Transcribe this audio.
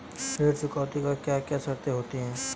ऋण चुकौती की क्या क्या शर्तें होती हैं बताएँ?